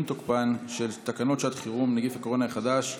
תוקפן של תקנות שעת חירום (נגיף הקורונה החדש,